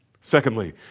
Secondly